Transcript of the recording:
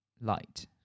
light